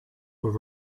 were